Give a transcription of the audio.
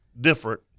different